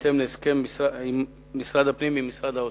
בהסכם של משרד הפנים עם משרד האוצר.